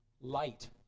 Light